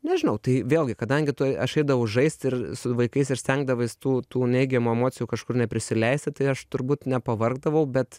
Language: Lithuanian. nežinau tai vėlgi kadangi aš eidavau žaist ir su vaikais ir stengdavais tų tų neigiamų emocijų kažkur neprisileisti tai aš turbūt nepavargdavau bet